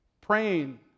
praying